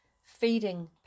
feeding